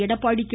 Edappadi K